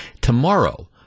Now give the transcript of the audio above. Tomorrow